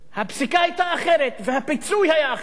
הפסיקה היתה אחרת, והפיצוי היה אחר.